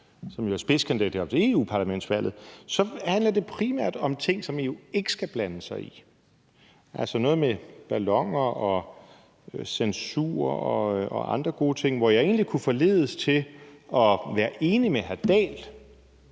som jo er spidskandidat til europaparlamentsvalget – handler det primært om ting, som EU ikke skal blande sig i, altså noget med balloner, censur og andre gode ting, hvor jeg egentlig kunne forledes til at være enig med hr.